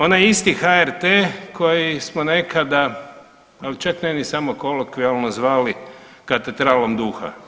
Onaj isti HRT koji smo nekada, ali čak ne ni samo kolokvijalno zvali katedralom duha.